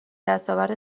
دستاورد